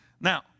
Now